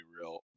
real